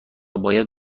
باید